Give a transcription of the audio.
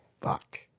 Fuck